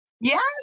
Yes